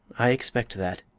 i expect that,